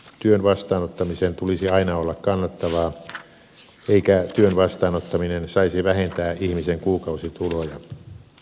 työn vastaanottamisen tulisi aina olla kannattavaa eikä työn vastaanottaminen saisi vähentää ihmisen kuukausituloja